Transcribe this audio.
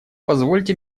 позвольте